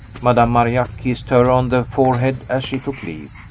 madame marillac kissed her on the forehead as she took leave.